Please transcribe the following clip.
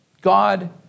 God